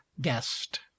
Guest